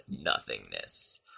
nothingness